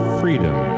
freedom